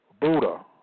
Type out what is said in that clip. Buddha